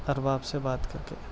ارباب سے بات کر کے